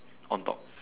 on top